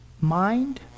mind